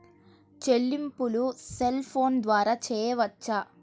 చెల్లింపులు cell phone ద్వారా చేయవచ్చా?